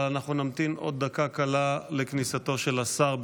אבל אנחנו נמתין עוד דקה קלה לכניסתו של השר,